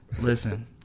listen